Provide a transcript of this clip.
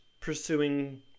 pursuing